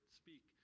speak